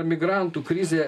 migrantų krizė